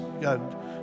god